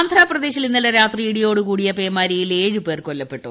ആന്ധ്രാപ്രദേശിൽ ഇന്നലെ രാത്രി ഇടിയോടുകൂടിയ പേമാരിയിൽ ഏഴ് പേർ കൊല്ലപ്പെട്ടു